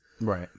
Right